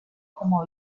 como